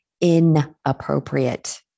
Inappropriate